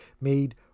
made